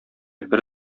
бер